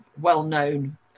well-known